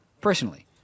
personally